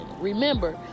remember